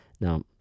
Now